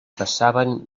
passaven